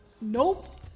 Nope